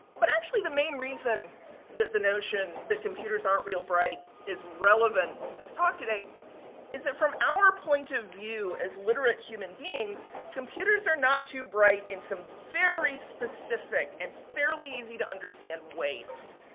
but, actually, the main reason that the notion the computers aren't real bright is relevant to this talk today is that, from our point of view as literate human beings, computers are not too bright in some very specific and fairly easy to understand ways.